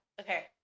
Okay